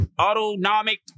autonomic